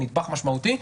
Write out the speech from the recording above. כנדבך משמעותי,